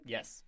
Yes